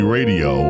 Radio